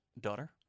daughter